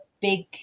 big